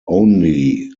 only